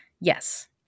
Yes